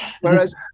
Whereas